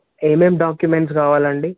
ఏమేం డాక్యుమెంట్స్ కావాలండి